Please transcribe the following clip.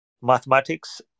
mathematics